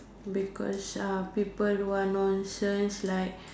because uh people who are nonsense like